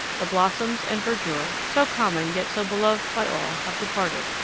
the blossoms and verdure, so common yet so beloved by all, have departed,